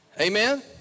Amen